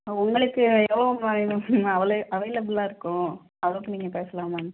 உங்களுக்கு எவ்வளோ அவ்வளோ அவைலபிளாக இருக்கும் அவ்வளோக்கு நீங்கள் பேசலாம் மேம்